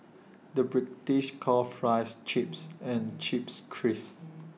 the British calls Fries Chips and Chips Crisps